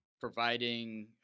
providing